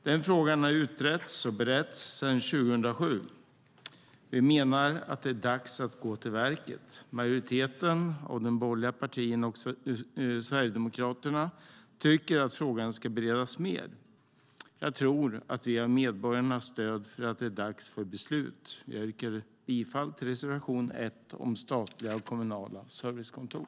Den frågan har utretts och beretts sedan 2007. Vi menar att det är dags att gå till verket. Majoriteten av de borgerliga partierna och också Sverigedemokraterna tycker att frågan ska beredas mer. Jag tror att vi har medborgarnas stöd i att det är dags för ett beslut. Jag yrkar bifall till reservation 1 om statliga och kommunala servicekontor.